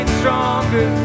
stronger